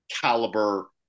caliber